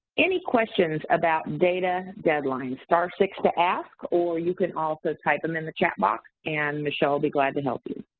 any questions about data deadlines? star six to ask, or you can also type them in the chat box and michelle will be glad to help you.